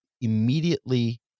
immediately